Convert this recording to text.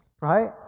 right